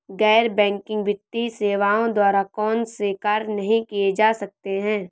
गैर बैंकिंग वित्तीय सेवाओं द्वारा कौनसे कार्य नहीं किए जा सकते हैं?